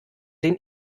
den